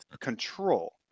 control